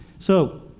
so